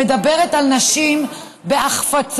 המדברת על נשים בהחפצה,